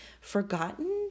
forgotten